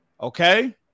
Okay